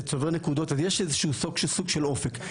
זה צובר נקודות אז יש איזשהו סוג של אופק.